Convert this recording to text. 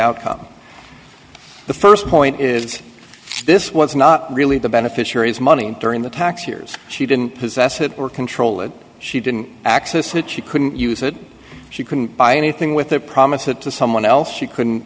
outcome the first point is this was not really the beneficiary is money during the tax years she didn't possess it or control it she didn't access it she couldn't use it she couldn't buy anything with the promise it to someone else she couldn't